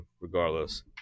regardless